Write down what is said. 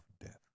death